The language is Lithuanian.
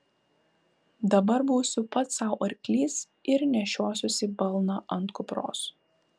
dabar būsiu pats sau arklys ir nešiosiuosi balną ant kupros